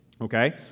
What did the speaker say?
okay